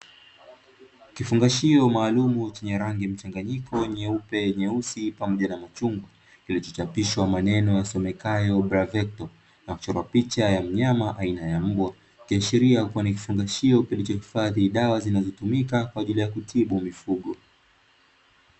Kifungashio maalumu chenye rangi mchanganyiko nyeupe, nyeusi pamoja na machungwa kilichochapishwa maneno yasomekayo "bravecto" na kuchorwa picha ya mnyama aina ya mbwa, ikiashiria kwa kufungashio kilichohifadhi dawa zinazotumika kwa ajili ya kutibu mifugo.